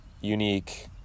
unique